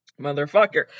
motherfucker